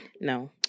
No